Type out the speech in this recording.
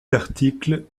l’article